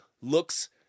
looks